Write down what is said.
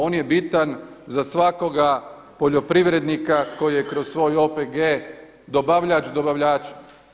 On je bitan za svakoga poljoprivrednika koji je kroz svoj OPG dobavljač dobavljača.